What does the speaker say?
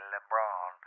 LeBron